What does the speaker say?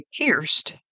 pierced